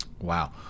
Wow